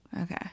Okay